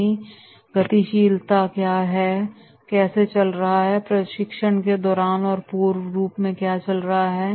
क्या गतिशीलता से वह चल रहे हैं प्रशिक्षण के दौरान और पूर्व रूप में क्या चल रहा है